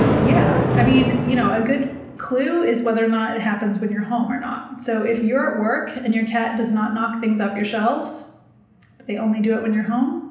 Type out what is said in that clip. yeah, i mean, you know, a good clue is whether or not it happens when you're home or not. so if you're at work and your cat does not knock things off your shelves, but they only do it when you're home?